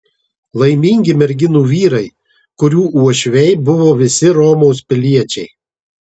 laimingi merginų vyrai kurių uošviai buvo visi romos piliečiai